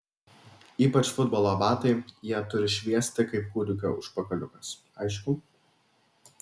ypač futbolo batai jie turi šviesti kaip kūdikio užpakaliukas aišku